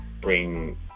bring